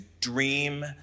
dream